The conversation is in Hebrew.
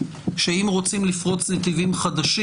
שאם רוצים לפרוץ נתיבים חדשים,